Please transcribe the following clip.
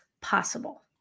possible